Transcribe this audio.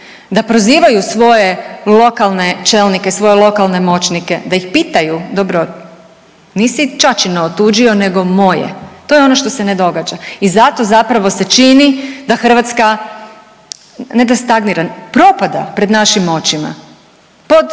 da prozivaju svoje lokalne čelnike, svoje lokalne moćnike, da ih pitaju dobro nisi ćaćino otuđio nego moje. To je ono što se ne događa i zato zapravo se čini da Hrvatska ne da stagnira, propada pred našim očima pod